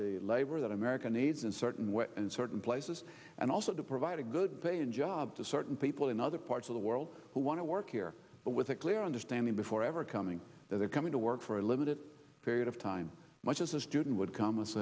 the labor that america needs in certain ways in certain places and also to provide a good paying job to certain people in other parts of the world who want to work here but with a clear understanding before ever coming they're coming to work for a limited period of time much as a student would come as